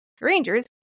Rangers